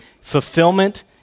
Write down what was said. fulfillment